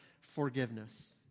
forgiveness